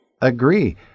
Agree